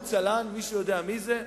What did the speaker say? מישהו יודע מי זה?